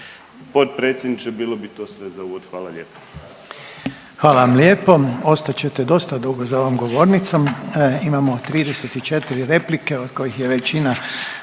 Potpredsjedniče, bilo bi to sve za uvod, hvala lijepo.